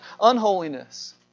unholiness